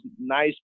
nice